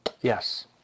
Yes